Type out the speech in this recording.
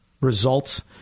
results